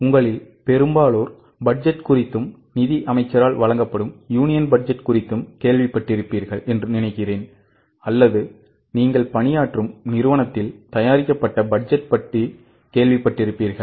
உங்களில்பெரும்பாலோர்பட்ஜெட் குறித்தும் நிதிஅமைச்சரால் வழங்கப்படும் யூனியன் பட்ஜெட் குறித்தும் கேள்விப்பட்டிருப்பீர்கள் என்றுநினைக்கிறேன்அல்லது நீங்கள் பணியாற்றும் நிறுவனத்தில் தயாரிக்கப்பட்ட பட்ஜெட் பற்றி கேள்விப்பட்டிருப்பார்கள்